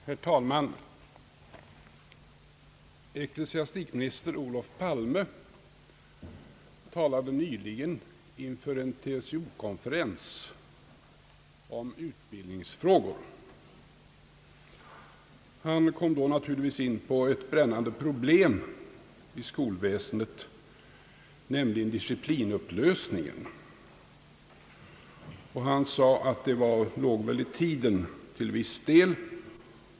Herr talman! Ecklesiastikminister Olof Palme talade nyligen inför en TCO-konferens om utbildningsfrågor. Han kom naturligtvis in på ett brännande problem inom skolväsendet, nämligen disciplinupplösningen, och menade att den till viss del låg i tiden.